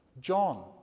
John